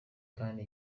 kandi